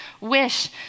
wish